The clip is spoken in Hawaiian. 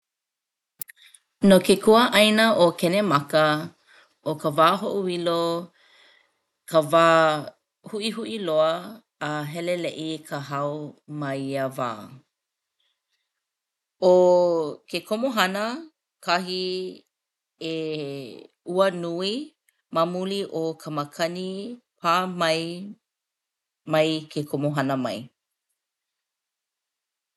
No ke kuaʻāina ʻo Kenemaka ʻo ka wā hoʻoilo ka wā huʻihuʻi loa a heleleʻi ka hau ma ia wā. ʻO ke komohana kahi e ua nui ma muli o ka makani pā mai mai ke komohana mai.